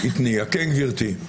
כן, גברתי.